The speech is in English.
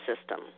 system